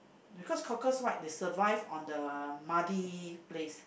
because the cockles right they survive on the muddy place